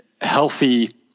healthy